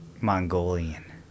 Mongolian